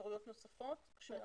אפשרויות נוספות כשלא